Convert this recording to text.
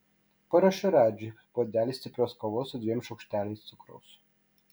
paruošiu radžiui puodelį stiprios kavos su dviem šaukšteliais cukraus